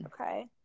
Okay